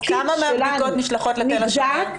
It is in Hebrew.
קיט שלנו נבדק --- כמה מהבדיקות נשלחות לתל השומר?